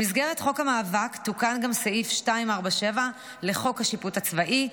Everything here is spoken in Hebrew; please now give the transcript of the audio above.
במסגרת חוק המאבק תוקן גם סעיף 247 לחוק השיפוט הצבאי,